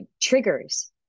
triggers